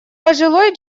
пожилой